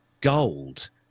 gold